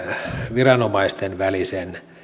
viranomaisten välisen